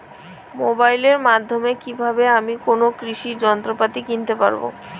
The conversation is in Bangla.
মোবাইলের মাধ্যমে কীভাবে আমি কোনো কৃষি যন্ত্রপাতি কিনতে পারবো?